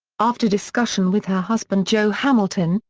after discussion with her husband joe hamilton,